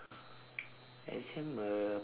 exam uh